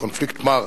קונפליקט מר